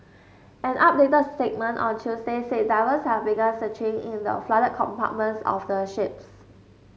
an updated statement on Tuesday said divers have begun searching in the flooded compartments of the ships